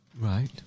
Right